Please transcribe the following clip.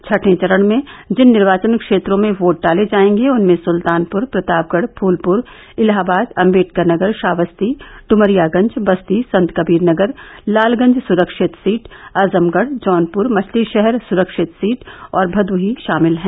छठे चरण में जिन निर्वाचन क्षेत्रों में वोट डाले जायेंगे उनमें सुल्तानपुर प्रतापगढ़ फूलपुर इलाहाबाद अम्बेडकर नगर श्रावस्ती डुमरियागंज बस्ती संतकबीर नगर लालगंज सुरक्षित सीट आजमगढ़ जौनपुर मछलीषहर सुरक्षित सीट और भदोही षामिल हैं